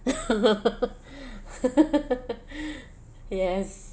yes